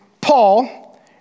Paul